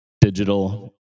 digital